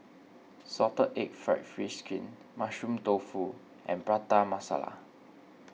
Salted Egg Fried Fish Skin Mushroom Tofu and Prata Masala